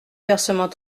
versement